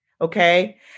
Okay